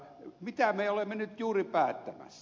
mitä me olemme nyt juuri päättämässä